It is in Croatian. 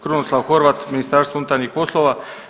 Krunoslav Horvat, Ministarstvo unutarnjih poslova.